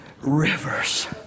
rivers